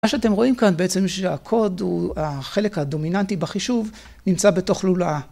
מה שאתם רואים כאן בעצם שהקוד הוא החלק הדומיננטי בחישוב נמצא בתוך לולאה.